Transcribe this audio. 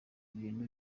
ibintu